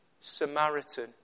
Samaritan